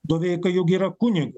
doveika juk yra kunigas